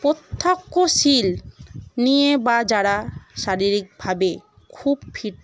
প্রত্যক্ষশীল নিয়ে বা যারা শারীরিকভাবে খুব ফিট